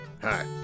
Hi